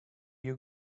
you